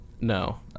no